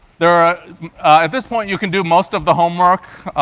there are at this point, you can do most of the homework.